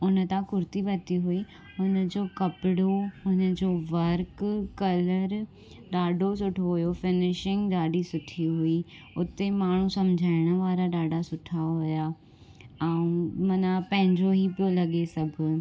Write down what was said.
हुन सां कुरती वरिती हुई हुन जो कपिड़ो हुन जो हुन जो वर्क कलर ॾाढो सुठो हुओ फिनिशिंग ॾाढी सुठी हुई उते माण्हू सम्झाइण वारा ॾाढा सुठा हुआ ऐं माना पंहिंजो ई पोइ लॻ सभु